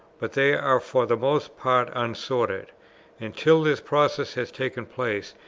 but they are for the most part unsorted and, till this process has taken place,